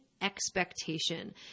expectation